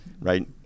right